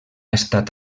estat